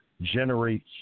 generate